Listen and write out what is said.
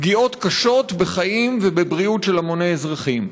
פגיעות קשות בחיים ובבריאות של המוני אזרחים.